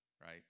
right